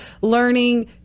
learning